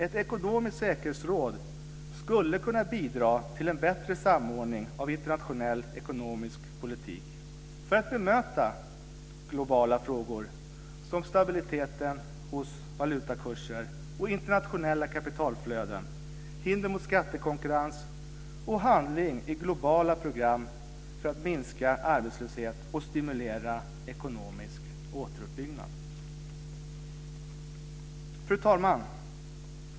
Ett ekonomiskt säkerhetsråd skulle kunna bidra till en bättre samordning av internationell ekonomisk politik för att bemöta globala frågor som stabiliteten hos valutakurser och internationella kapitalflöden, hinder mot skattekonkurrens och handling i globala program för att minska arbetslöshet och stimulera ekonomisk återuppbyggnad. Fru talman!